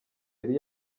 yari